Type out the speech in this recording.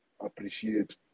appreciate